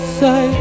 say